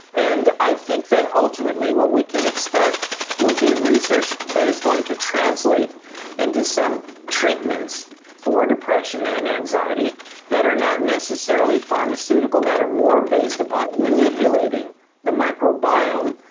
and i think that ultimately what we can expect would be research that is going to translate into some treatments for depression and anxiety that are not necessarily pharmaceutical, that are more based upon manipulating the microbiome,